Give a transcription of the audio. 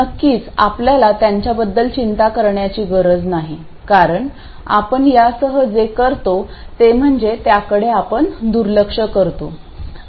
नक्कीच आपल्याला त्यांच्याबद्दल चिंता करण्याची गरज नाही कारण आपण यासह जे करतो ते म्हणजे त्याकडे आपण दुर्लक्ष करतो